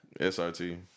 SRT